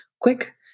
quick